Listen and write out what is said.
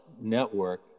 network